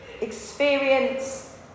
experience